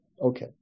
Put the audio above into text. Okay